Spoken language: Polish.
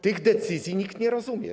Tych decyzji nikt nie rozumie.